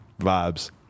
vibes